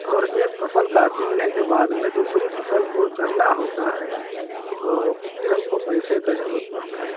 और एक फसल काटने के बाद में दूसरी फसल को करना होता है तो फिर हमको पैसे का जरूरत पड़ता है